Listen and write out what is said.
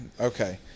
Okay